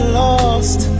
lost